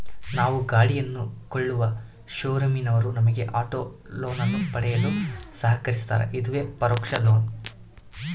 ನಾವು ಗಾಡಿಯನ್ನು ಕೊಳ್ಳುವ ಶೋರೂಮಿನವರು ನಮಗೆ ಆಟೋ ಲೋನನ್ನು ಪಡೆಯಲು ಸಹಕರಿಸ್ತಾರ, ಇದುವೇ ಪರೋಕ್ಷ ಲೋನ್